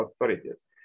authorities